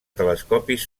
telescopis